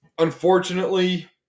Unfortunately